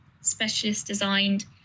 specialist-designed